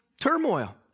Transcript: turmoil